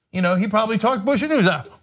you know he probably talked bush into it.